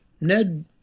Ned